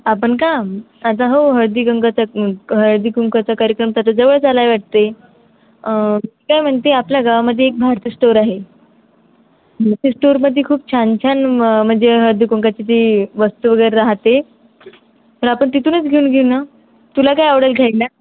आपण का आता हो हळदी कुंकूचा हळदी कुंकूचा कार्यक्रम तर आता जवळच आला आहे वाटते काय म्हणते आपल्या गावामध्ये एक भारत स्टोअर आहे भारती स्टोअरमध्ये खूप छान छान म्हणजे हळदी कुंकूची ती वस्तू वगैरे राहते तर आपण तिथूनच घेऊन घेऊ ना तुला काय आवडेल घ्यायला